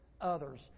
others